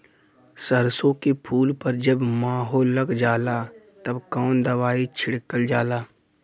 सरसो के फूल पर जब माहो लग जाला तब कवन दवाई छिड़कल जाला?